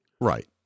Right